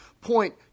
point